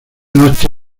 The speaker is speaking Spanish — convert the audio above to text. noche